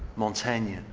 montaigne. and